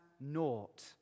naught